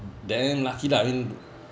then lucky lah I mean